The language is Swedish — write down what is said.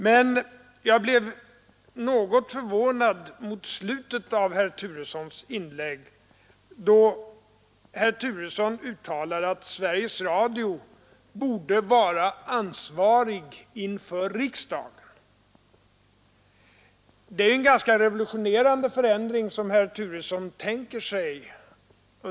Men jag blev något förvånad då herr Turesson mot slutet av sitt inlägg uttalade att Sveriges Radio borde vara ansvarig inför riksdagen, Det är en revolutionerande förändring som herr Turesson tänker sig.